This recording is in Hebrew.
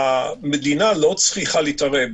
המדינה לא צריכה להתערב,